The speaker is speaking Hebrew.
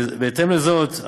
בהתאם לזאת,